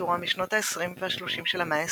הארכיטקטורה משנות ה-20 וה-30 של המאה ה-20.